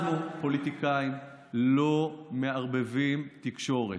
אנחנו הפוליטיקאים לא מערבבים תקשורת.